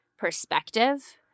perspective